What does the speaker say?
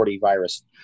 virus